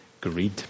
greed